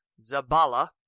Zabala